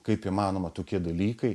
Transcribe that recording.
kaip įmanoma tokie dalykai